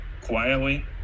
quietly